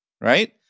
right